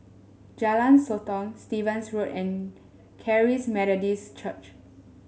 Jalan Sotong Stevens Road and Charis Methodist Church